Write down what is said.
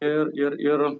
ir ir ir